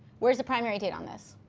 where's the primary date on this?